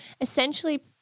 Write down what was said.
Essentially